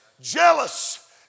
Jealous